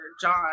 John